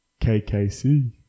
KKC